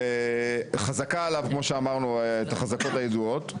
כמו שאמרנו את החזקות הידועות,